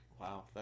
Wow